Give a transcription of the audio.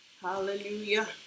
hallelujah